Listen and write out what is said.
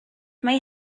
mae